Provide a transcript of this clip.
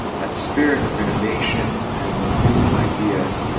that spirit of innovation and new ideas,